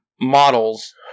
models